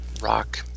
rock